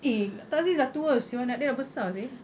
eh doctor aziz dah tua [siol] anak dia dah besar seh